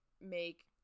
make